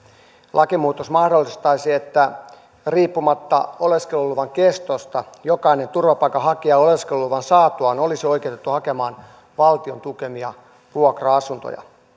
lakimuutos mahdollistaisi että riippumatta oleskeluluvan kestosta jokainen turvapaikanhakija oleskeluluvan saatuaan olisi oikeutettu hakemaan valtion tukemia vuokra asuntoja